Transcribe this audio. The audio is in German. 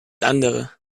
andere